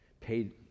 paid